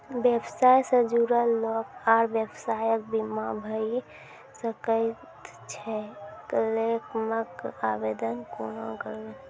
व्यवसाय सॅ जुड़ल लोक आर व्यवसायक बीमा भऽ सकैत छै? क्लेमक आवेदन कुना करवै?